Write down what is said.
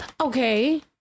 okay